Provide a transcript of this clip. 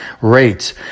rates